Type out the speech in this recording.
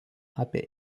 apie